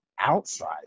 outside